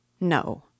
No